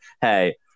hey